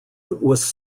was